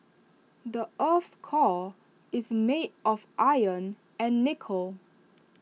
the Earth's core is made of iron and nickel